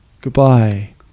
Goodbye